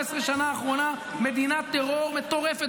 ב-15 השנים האחרונות נבנתה מדינת טרור מטורפת